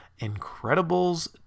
incredibles